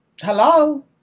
Hello